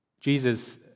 Jesus